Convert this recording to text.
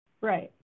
right